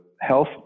health